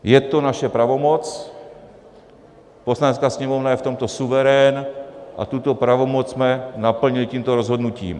Je to naše pravomoc, Poslanecká sněmovna je v tomto suverén a tuto pravomoc jsme naplnili tímto rozhodnutím.